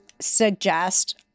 suggest